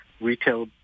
retail